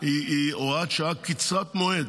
היא הוראת שעה קצרת מועד,